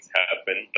happen